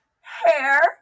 Hair